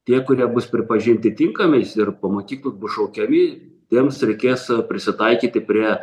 tie kurie bus pripažinti tinkamais ir po mokyklų bus šaukiami tiems reikės prisitaikyti prie